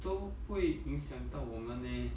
都不会影响到我们 eh